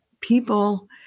people